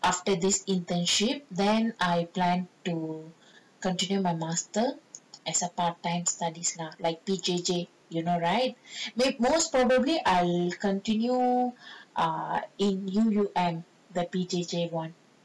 after this internship then I plan to continue my master as a part time studies lah like P_J_J you know right most probably I'll continue err in U_U_M you the P_J_J [one]